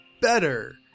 better